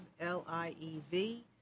L-I-E-V